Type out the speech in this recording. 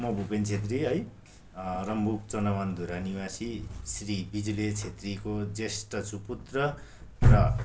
म भुपेन छेत्री है रम्बुक चनावानधुरा निवासी श्री बिजुले छेत्रीको ज्येष्ठ सुपुत्र र